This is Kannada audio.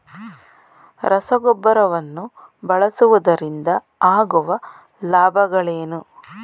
ರಸಗೊಬ್ಬರವನ್ನು ಬಳಸುವುದರಿಂದ ಆಗುವ ಲಾಭಗಳೇನು?